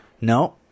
no